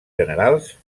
generals